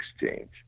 Exchange